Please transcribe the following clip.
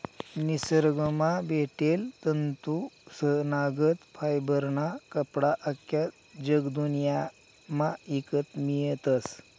निसरगंमा भेटेल तंतूसनागत फायबरना कपडा आख्खा जगदुन्यामा ईकत मियतस